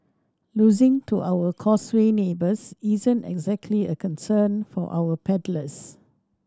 losing to our Causeway neighbours isn't exactly a concern for our paddlers